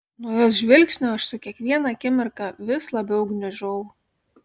nuo jos žvilgsnio aš su kiekviena akimirka vis labiau gniužau